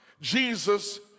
Jesus